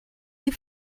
you